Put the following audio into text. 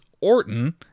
Orton